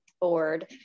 board